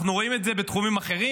אנחנו רואים את זה בתחומים אחרים.